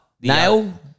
Nail